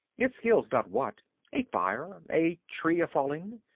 it skills not what a fire, a tree a-failing,